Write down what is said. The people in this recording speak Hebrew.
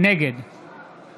נגד